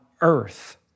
earth